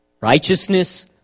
Righteousness